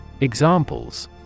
Examples